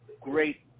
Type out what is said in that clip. great